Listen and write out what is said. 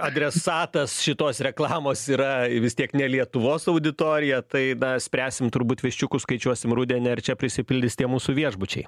adresatas šitos reklamos yra vis tiek ne lietuvos auditorija tai dar spręsim turbūt viščiukus skaičiuosim rudenį ar čia prisipildys tie mūsų viešbučiai